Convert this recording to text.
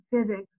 physics